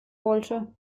wollte